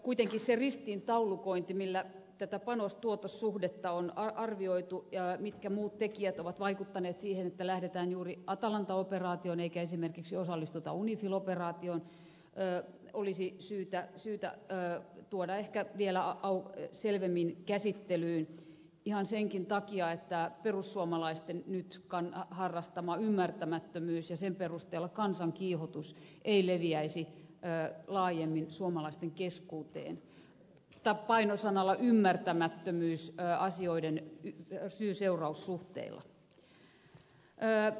kuitenkin se ristiintaulukointi jolla tätä panostuotos suhdetta on arvioitu ja muut tekijät jotka ovat vaikuttaneet siihen että lähdetään juuri atalanta operaatioon eikä esimerkiksi osallistuta unifil operaatioon olisi syytä ehkä tuoda vielä selvemmin käsittelyyn ihan senkin takia että perussuomalaisten nyt harrastama ymmärtämättömyys ja sen perusteella kansankiihotus ei leviäisi laajemmin suomalaisten keskuuteen paino sanalla ymmärtämättömyys asioiden syyseuraus suhteista